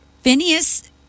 Phineas